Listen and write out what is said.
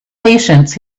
patience